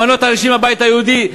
למנות אנשים מהבית היהודי.